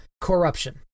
corruption